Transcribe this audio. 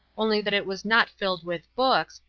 only that it was not filled with books,